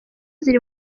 ziri